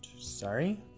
Sorry